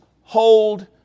hold